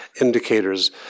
indicators